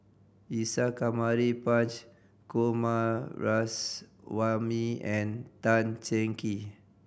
Isa Kamari Punch Coomaraswamy and Tan Cheng Kee